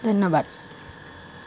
ধন্যবাদ